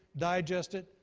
digest it.